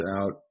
out